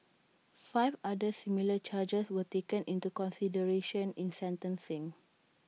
five other similar charges were taken into consideration in sentencing